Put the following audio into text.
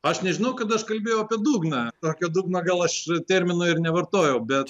aš nežinau kada aš kalbėjau apie dugną tokio dugno gal aš termino ir nevartojau bet